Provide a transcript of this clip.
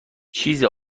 چیز